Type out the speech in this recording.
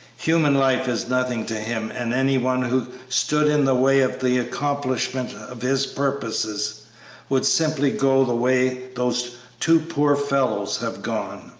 human life is nothing to him, and any one who stood in the way of the accomplishment of his purposes would simply go the way those two poor fellows have gone.